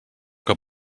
que